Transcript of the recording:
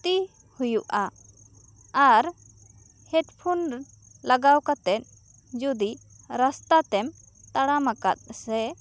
ᱠᱷᱩᱛᱤ ᱦᱩᱭᱩᱜᱼᱟ ᱟᱨ ᱦᱮᱰᱯᱷᱳᱱ ᱞᱟᱜᱟᱣ ᱠᱟᱛᱮ ᱡᱩᱫᱤ ᱨᱟᱥᱛᱟ ᱛᱮᱢ ᱛᱟᱲᱟᱢ ᱟᱠᱟᱫ ᱥᱮ